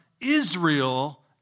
Israel